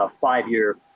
five-year